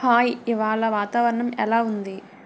hi ఇవాళ వాతావరణం ఎలా ఉంది